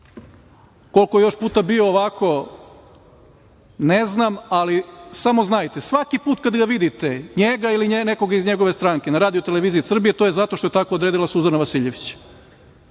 Koliko je još puta bio ovako, ne znam, ali samo znajte, svaki put kad ga vidite, njega ili nekoga iz njegove stranke na RTS, to je zato što je tako odredila Suzana Vasiljević